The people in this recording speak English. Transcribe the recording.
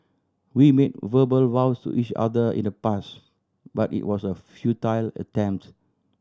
we made verbal vows to each other in the past but it was a futile attempt